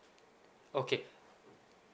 okay